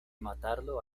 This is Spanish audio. matarlo